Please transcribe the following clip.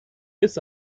ist